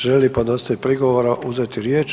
Želi li podnositelj prigovora uzeti riječ?